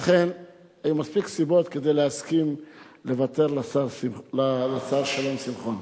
לכן היו מספיק סיבות כדי להסכים לוותר לשר שלום שמחון.